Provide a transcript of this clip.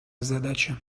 задача